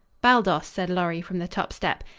baldos, said lorry, from the top step,